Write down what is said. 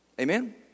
Amen